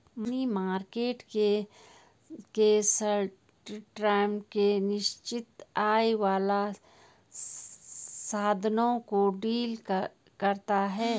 money market में short term के निश्चित आय वाले साधनों को डील करता है